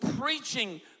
preaching